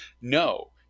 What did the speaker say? No